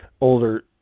older